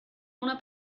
una